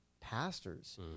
pastors